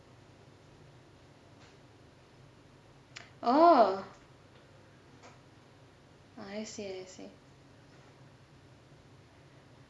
orh I see I see